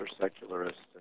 secularists